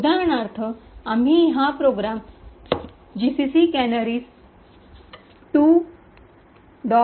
उदाहरणार्थ आम्ही हा विशिष्ट प्रोग्राम जीसीसी कॅनरीज 2